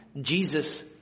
Jesus